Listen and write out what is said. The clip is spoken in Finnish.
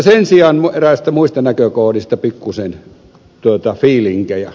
sen sijaan eräistä muista näkökohdista pikkuisen fiilinkejä